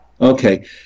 Okay